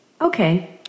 okay